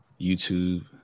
YouTube